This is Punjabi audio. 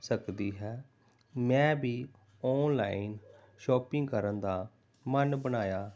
ਸਕਦੀ ਹੈ ਮੈਂ ਵੀ ਔਨਲਾਈਨ ਸ਼ੋਪਿੰਗ ਕਰਨ ਦਾ ਮਨ ਬਣਾਇਆ